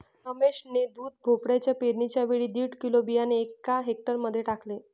रमेश ने दुधी भोपळ्याच्या पेरणीच्या वेळी दीड किलो बियाणे एका हेक्टर मध्ये टाकले